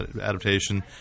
adaptation